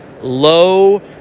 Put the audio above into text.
low